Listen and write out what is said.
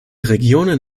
regionen